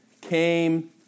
came